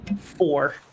four